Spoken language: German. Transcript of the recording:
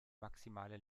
maximale